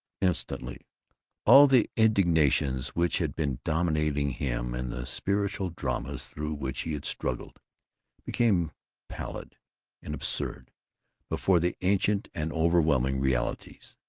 instantly all the indignations which had been dominating him and the spiritual dramas through which he had struggled became pallid and absurd before the ancient and overwhelming realities,